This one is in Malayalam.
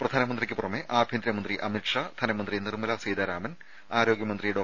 പ്രധാനമന്ത്രിക്ക് പുറമെ ആഭ്യന്തരമന്ത്രി അമിത്ഷാ ധനമന്ത്രി നിർമ്മലാ സീതാരാമൻ ആരോഗ്യമന്ത്രി ഡോ